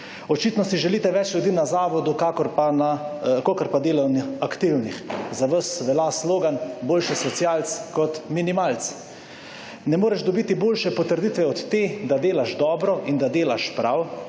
Očitno si želite več ljudi na zavodu kakor pa delovno aktivnih. Za vas velja sloga, boljše socialec kot minimalec. Ne moreš dobiti boljše potrditve od te, da delaš dobro in da delaš prav,